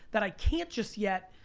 that i can't just yet,